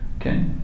okay